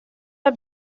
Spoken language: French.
pas